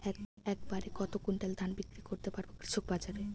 এক বাড়ে কত কুইন্টাল ধান বিক্রি করতে পারবো কৃষক বাজারে?